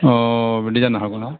बिदि जानो हागौना